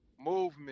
movement